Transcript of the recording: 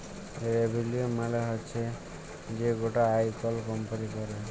revenue মালে হচ্যে যে গটা আয় কল কম্পালি ক্যরে